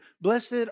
Blessed